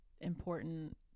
important